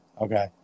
Okay